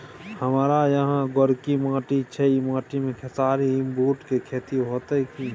हमारा यहाँ गोरकी माटी छै ई माटी में खेसारी, बूट के खेती हौते की?